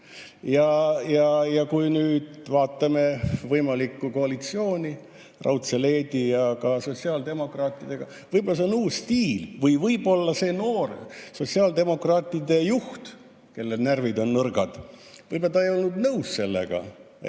Ja kui nüüd vaatame võimalikku koalitsiooni raudse leedi ja sotsiaaldemokraatide vahel – võib-olla see on uus stiil. Või võib-olla see noor sotsiaaldemokraatide juht, kelle närvid on nõrgad, ei olnud nõus selle